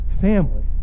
Family